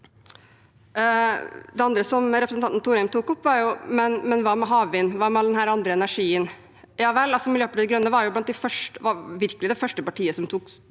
Det andre, som også representanten Thorheim tok opp, er havvind. Hva med havvind? Hva med denne andre energien? Miljøpartiet De Grønne var virkelig det første partiet som tok